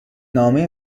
نامه